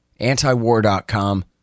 antiwar.com